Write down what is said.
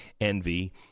envy